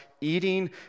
Eating